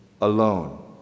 alone